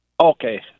Okay